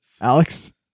Alex